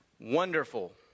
Wonderful